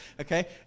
Okay